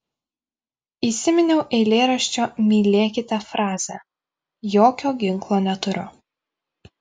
įsiminiau eilėraščio mylėkite frazę jokio ginklo neturiu